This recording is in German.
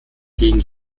gegen